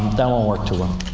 that won't work too well.